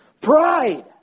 Pride